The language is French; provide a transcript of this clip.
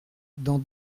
dans